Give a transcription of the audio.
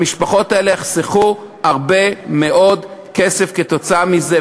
המשפחות האלה יחסכו הרבה מאוד כסף מזה.